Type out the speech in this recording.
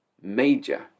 Major